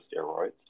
steroids